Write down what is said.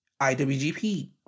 IWGP